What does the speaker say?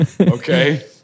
Okay